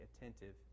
attentive